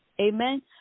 Amen